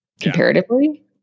comparatively